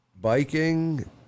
biking